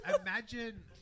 Imagine